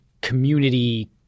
community